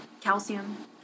Calcium